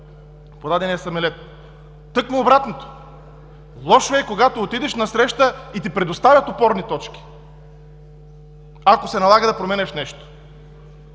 по дадения самолет? Тъкмо обратното – лошо е, когато отидеш на среща и ти предоставят опорни точки, ако се налага да променяш нещо.